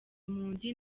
impunzi